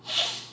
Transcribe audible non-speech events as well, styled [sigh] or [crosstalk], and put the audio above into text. [noise]